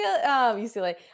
UCLA